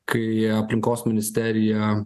kai aplinkos ministerija